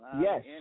Yes